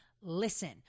Listen